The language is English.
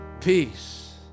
peace